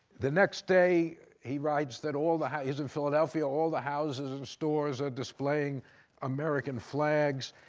the next day he writes that all the he's in philadelphia all the houses and stores are displaying american flags,